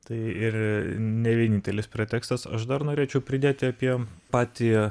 tai ir ne vienintelis pretekstas aš dar norėčiau pridėti apie patį